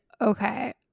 okay